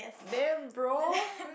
damn bro